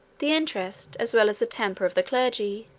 the interest, as well as the temper of the clergy,